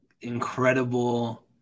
incredible